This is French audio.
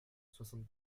soixante